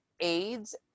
AIDS